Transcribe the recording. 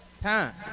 Time